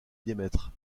diamètre